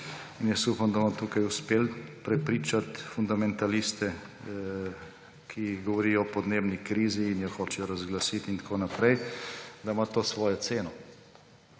Jaz upam, da bomo tukaj uspeli prepričati fundamentaliste, ki govorijo o podnebni krizi in jo hočejo razglasiti in tako naprej, da ima to svojo ceno